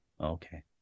Okay